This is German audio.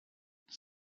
das